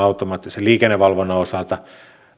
automaattisen liikennevalvonnan osalta